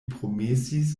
promesis